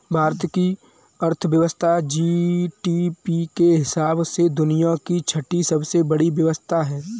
भारत की अर्थव्यवस्था जी.डी.पी के हिसाब से दुनिया की छठी सबसे बड़ी अर्थव्यवस्था है